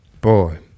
Boy